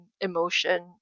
emotion